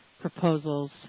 proposals